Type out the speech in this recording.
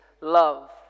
love